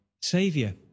Savior